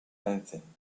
anything